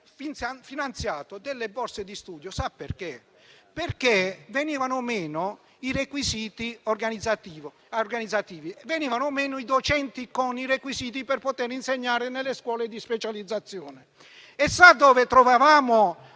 finanziato delle borse di studio perché venivano meno i requisiti organizzativi e i docenti con i requisiti per poter insegnare nelle scuole di specializzazione. Sapete dove trovavamo